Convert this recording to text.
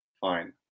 fine